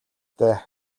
дээ